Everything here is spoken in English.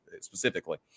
specifically